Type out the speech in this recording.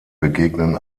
begegnen